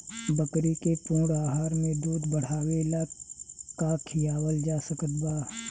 बकरी के पूर्ण आहार में दूध बढ़ावेला का खिआवल जा सकत बा?